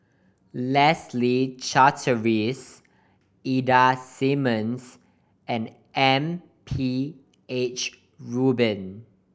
Leslie Charteris Ida Simmons and M P H Rubin